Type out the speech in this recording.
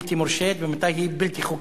מתי הבנייה היא בלתי מורשית ומתי היא בלתי חוקית,